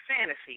Fantasy